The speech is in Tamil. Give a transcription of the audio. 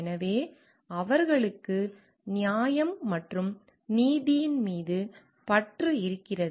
எனவே அவர்களுக்கு நியாயம் மற்றும் நீதியின் மீது பற்று இருக்கிறது